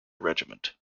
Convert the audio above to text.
regiment